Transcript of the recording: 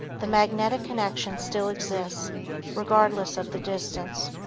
the magnetic connection still exists regardless of the distance.